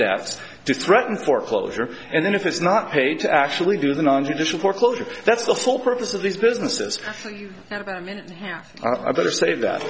to threaten foreclosure and then if it's not paid to actually do the non judicial foreclosure that's the whole purpose of these businesses and i better say that